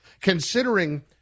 considering